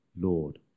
Lord